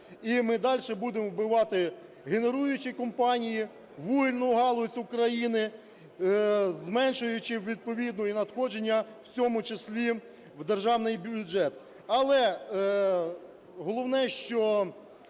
і ми дальше будемо вбивати генеруючі компанії, вугільну галузь України, зменшуючи відповідно і надходження в цьому числі в державний бюджет. Але головне, що